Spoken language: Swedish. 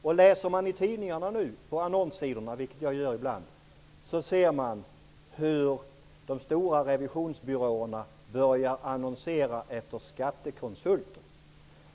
Jag läser ibland tidningarnas annonssidor, och på de sidorna kan man nu läsa om hur de stora revisionsbyråerna börjar annonsera efter skattekonsulter.